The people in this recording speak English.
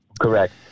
Correct